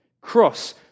Cross